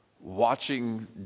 watching